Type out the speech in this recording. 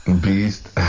Beast